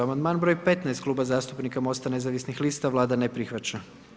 Amandman broj 15 Kluba zastupnika Mosta nezavisnih lista, Vlada ne prihvaća.